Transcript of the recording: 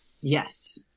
Yes